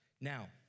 Now